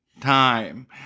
time